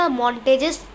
montages